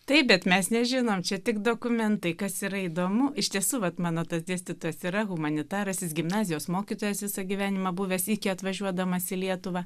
taip bet mes nežinom čia tik dokumentai kas yra įdomu iš tiesų vat mano tas dėstytojas yra humanitaras jis gimnazijos mokytojas visą gyvenimą buvęs iki atvažiuodamas į lietuvą